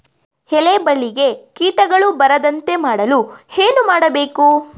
ಎಲೆ ಬಳ್ಳಿಗೆ ಕೀಟಗಳು ಬರದಂತೆ ಮಾಡಲು ಏನು ಮಾಡಬೇಕು?